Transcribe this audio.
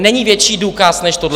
Není větší důkaz než tohle!